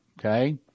okay